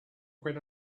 when